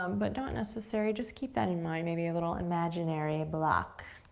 um but not necessary. just keep that in mind, maybe a little imaginary block.